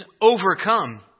overcome